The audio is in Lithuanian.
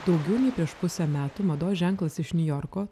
daugiau nei prieš pusė metų mados ženklas iš niujorko